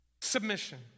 submission